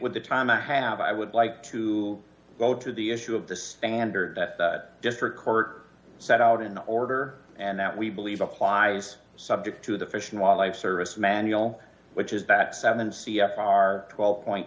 with the time i have i would like to go to the issue of the standard that the district court set out in order and that we believe applies subject to the fish and wildlife service manual which is that seven c f r twelve